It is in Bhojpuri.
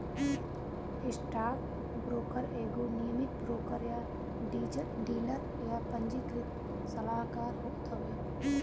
स्टॉकब्रोकर एगो नियमित ब्रोकर या डीलर या पंजीकृत सलाहकार होत हवे